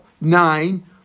Nine